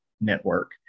Network